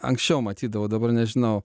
anksčiau matydavau dabar nežinau